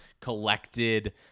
collected